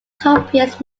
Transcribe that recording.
copious